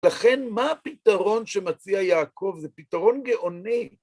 לכן מה הפתרון שמציע יעקב? זה פתרון גאוני.